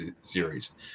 series